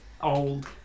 old